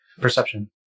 Perception